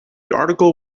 article